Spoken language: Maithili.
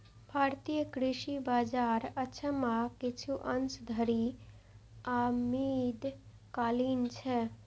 भारतीय कृषि बाजार अक्षम आ किछु अंश धरि आदिम कालीन छै